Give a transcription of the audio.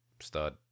Stud